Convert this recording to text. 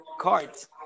cards